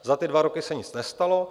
Za ty dva roky se nic nestalo.